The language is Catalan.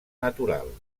natural